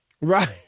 Right